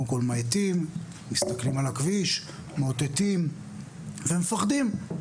מאטים, מסתכלים על הכביש, מאותתים, ומפחדים.